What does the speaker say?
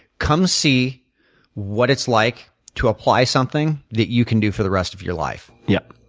come see what it's like to apply something that you can do for the rest of your life. yep,